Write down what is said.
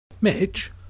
Mitch